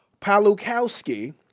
Palukowski